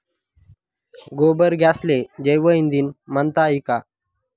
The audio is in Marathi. गोबर गॅसले जैवईंधन म्हनता ई का?